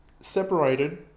...separated